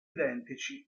identici